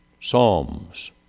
psalms